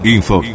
Info